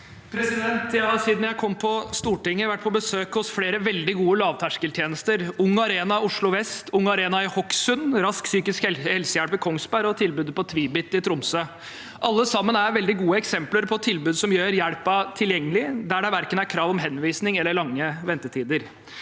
Jeg har siden jeg kom på Stortinget, vært på besøk hos flere veldig gode lavterskeltjenester, Ung Arena Oslo Vest, Ung Arena i Hokksund, Rask psykisk helsehjelp i Kongsberg og tilbudet på Tvibit i Tromsø. Alle sammen er veldig gode eksempler på tilbud som gjør hjelpen tilgjengelig, og der det verken er krav om henvisning eller lange ventetider.